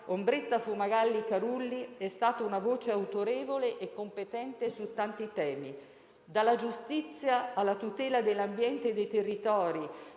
Ombretta Fumagalli Carulli è stata una voce autorevole e competente su tanti temi, dalla giustizia alla tutela dell'ambiente e dei territori,